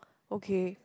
okay